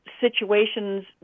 situations